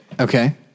Okay